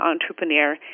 entrepreneur